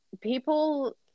people